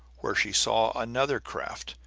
where she saw another craft,